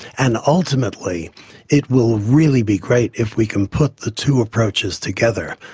and ultimately it will really be great if we can put the two approaches together.